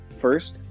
First